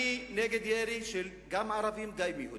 אני נגד ירי גם של ערבים וגם של יהודים,